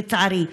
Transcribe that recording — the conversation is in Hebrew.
לצערי,